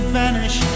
vanish